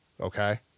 okay